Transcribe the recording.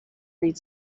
read